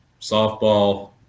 softball